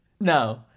no